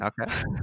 Okay